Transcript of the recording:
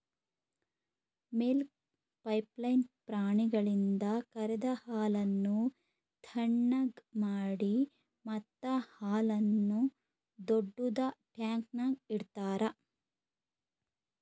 milk pipeline ಪ್ರಾಣಿಗಳಿಂದ ಕರೆದ ಹಾಲನ್ನು ಥಣ್ಣಗ್ ಮಾಡಿ ಮತ್ತ ಹಾಲನ್ನು ದೊಡ್ಡುದ ಟ್ಯಾಂಕ್ನ್ಯಾಗ್ ಇಡ್ತಾರ